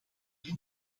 dit